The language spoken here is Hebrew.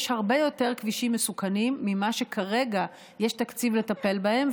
יש הרבה יותר כבישים מסוכנים ממה שכרגע יש תקציב לטפל בהם.